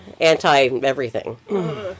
Anti-everything